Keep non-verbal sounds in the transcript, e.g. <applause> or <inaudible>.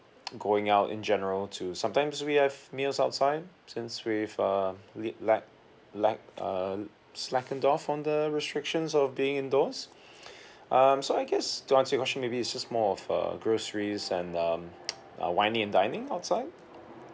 <noise> going out in general to sometimes we have meals outside since we've uh li~ la~ la~ uh slackened off from the restrictions of being indoors <breath> um so I guess to answer your question maybe it's just more of uh groceries and um <noise> uh wining and dining outside